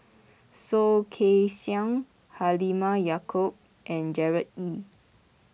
Soh Kay Siang Halimah Yacob and Gerard Ee